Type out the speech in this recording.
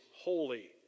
holy